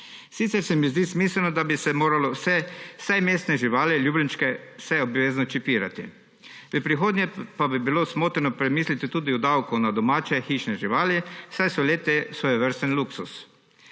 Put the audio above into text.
Sicer se mi zdi smiselno, da bi se moralo vse mestne živali, ljubljenčke obvezno čipirati. V prihodnje pa bi bilo smotrno premisliti tudi o davku na domače hišne živali, saj so le-te svojevrsten luksuz.